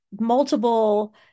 multiple